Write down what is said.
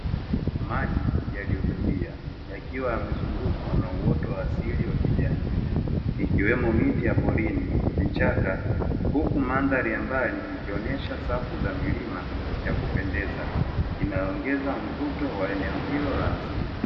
Maji yaliyotulia yakiwa yamezungukwa na uoto wa asili wa kijani, ikiwemo miti ya porini, vichaka huku mandhari ya mbali ikionyesha safu ya milima za kupendeza inayoongeza mvuto wa eneo hilo la asili.